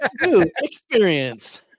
Experience